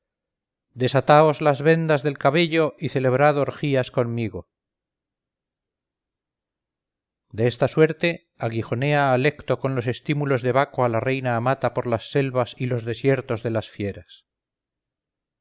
desataos las vendas del cabello y celebrad orgías conmigo de esta suerte aguijonea alecto con los estímulos de baco a la reina amata por las selvas y los desiertos de las fieras